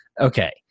Okay